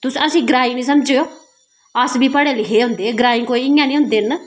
तुस असेें ई ग्रांई नेई समझेओ अस बी पढे़ लिखे होंदे आं ग्राईं कोई इयां नेईं होंदे न